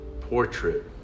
portrait